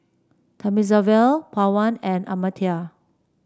Thamizhavel Pawan and Amartya